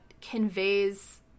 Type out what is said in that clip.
conveys